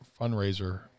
fundraiser